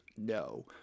no